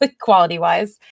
quality-wise